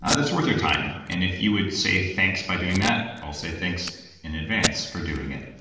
ah that's worth your time, and if you would say, thanks by doing that, i'll say thanks in advance for doing it